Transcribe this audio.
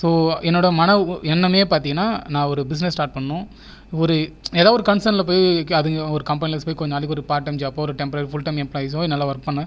so என்னோடய மன எண்ணமே பார்த்தீங்கன்னா நான் ஒரு பிசினஸ் ஸ்டார்ட் பண்ணணும் ஒரு ஏதோ ஒரு கன்சனில் போய் ஒரு கம்பெனியில் போய் கொஞ்ச நாளைக்கு ஒரு பார்ட் டைம் ஜாபோ ஒரு டெம்பரவாரி ஃபுல் டைம் எம்பிளாய்ஸோ என்னால் நல்லா ஒர்க் பண்ணும்